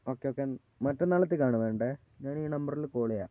okay okay മറ്റന്നാളെത്തേക്കാണ് വേണ്ടത് ഞാൻ ഈ നമ്പറിൽ കോൾ ചെയ്യാം